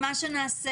אם כן,